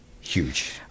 Huge